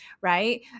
right